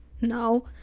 no